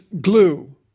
glue